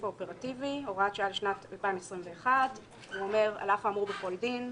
הוראת שעה2.על אף האמור בכל דין,